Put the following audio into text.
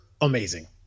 amazing